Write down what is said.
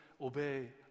obey